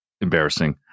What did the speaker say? embarrassing